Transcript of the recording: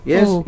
Yes